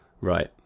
Right